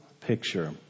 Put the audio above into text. picture